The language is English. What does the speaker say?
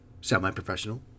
semi-professional